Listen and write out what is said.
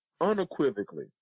unequivocally